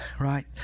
Right